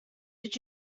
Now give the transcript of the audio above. did